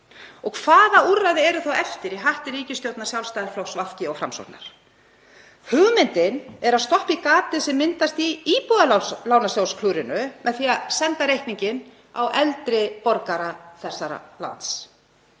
Hvaða úrræði eru þá eftir í hatti ríkisstjórnar Sjálfstæðisflokks, VG og Framsóknar? Hugmyndin er að stoppa í gatið sem myndaðist í Íbúðalánasjóðsklúðrinu með því að senda reikninginn á eldri borgara þessa lands.